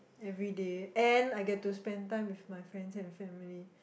maybe the end I get to spend time with my friends and family